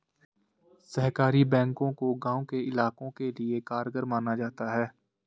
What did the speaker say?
सहकारी बैंकों को गांव के इलाकों के लिये कारगर माना जाता है